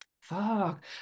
Fuck